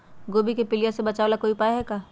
गोभी के पीलिया से बचाव ला कोई उपाय है का?